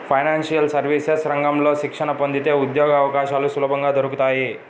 financial services రంగంలో శిక్షణ పొందితే ఉద్యోగవకాశాలు సులభంగా దొరుకుతాయి